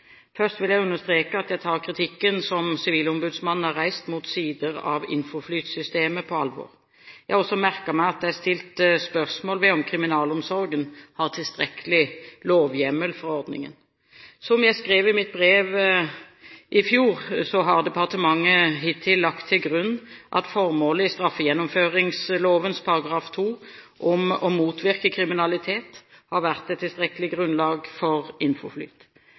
på alvor. Jeg har også merket meg at det er stilt spørsmål ved om kriminalomsorgen har tilstrekkelig lovhjemmel for ordningen. Som jeg skrev i mitt brev i fjor, har departementet hittil lagt til grunn at formålet i straffegjennomføringsloven § 2 om å motvirke kriminalitet har vært et tilstrekkelig lovgrunnlag for